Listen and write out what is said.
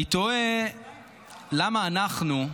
אני תוהה למה אנחנו,